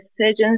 surgeons